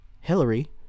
Hillary